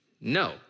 No